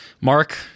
Mark